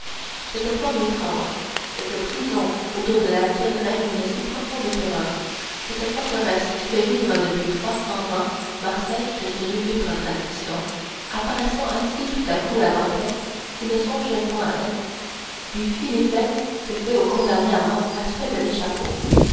cette forme étrange cette prison autour de laquelle règne une si profonde terreur cette forteresse qui fait vivre depuis trois cents ans marseille de ses lugubre traditions apparaissant ainsi tout à coup à dantès qui ne songeait point à elle lui fit l'effet que fait au condamné à mort l'aspect de l'échafaud